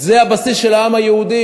זה הבסיס של העם היהודי.